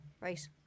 Right